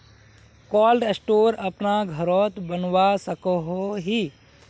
Cold store अपना घोरोत बनवा सकोहो ही?